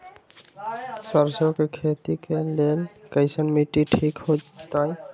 सरसों के खेती के लेल कईसन मिट्टी ठीक हो ताई?